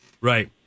Right